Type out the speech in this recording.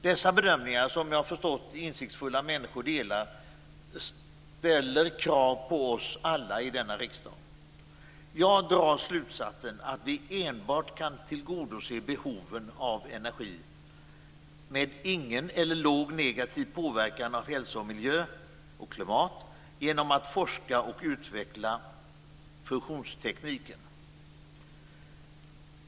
Dessa bedömningar, som jag har förstått att insiktsfulla människor delar, ställer krav på oss alla i denna riksdag. Jag drar den slutsatsen att vi kan tillgodose behoven av energi, med ingen eller låg negativ påverkan på hälsa, miljö och klimat, enbart genom att forska och utveckla fusionstekniken.